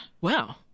Wow